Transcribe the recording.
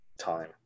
time